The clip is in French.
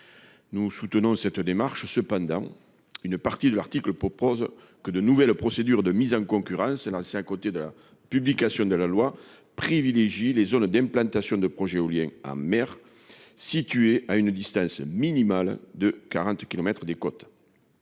nous soutenons cette démarche cependant une partie de l'article propose que de nouvelles procédures de mise en concurrence et l'ancien, à compter de la publication de la loi privilégie les zones d'implantation de projets éoliens en mer situées à une distance minimale de 40 kilomètres des côtes